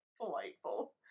delightful